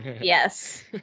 yes